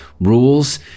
rules